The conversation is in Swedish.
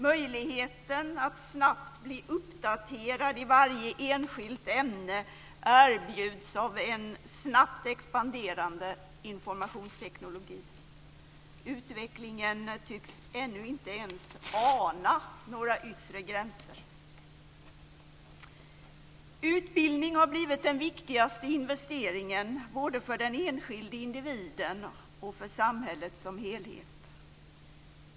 Möjligheten att snabbt bli uppdaterad i varje enskilt ämne erbjuds av en snabbt expanderande informationsteknik. Utvecklingen tycks ännu inte ens ana några yttre gränser. Utbildning har blivit den viktigaste investeringen både för den enskilde individen och för samhället som helhet.